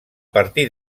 partir